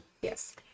yes